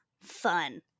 fun